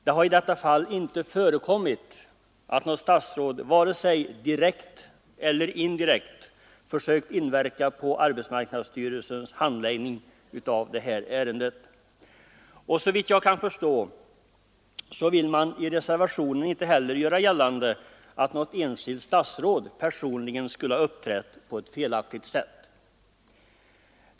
Det har i detta fall inte förekommit att något statsråd vare sig direkt eller indirekt försökt inverka på arbetsmarknadsstyrelsens handläggning av ärendet. Såvitt jag kan förstå vill man i reservationen inte heller göra gällande att något enskilt statsråd personligen skulle ha uppträtt på ett felaktigt sätt.